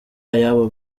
ayabo